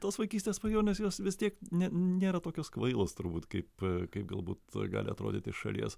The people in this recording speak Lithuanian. tos vaikystės svajonės jos vis tiek nė nėra tokios kvailos turbūt kaip kaip galbūt gali atrodyti iš šalies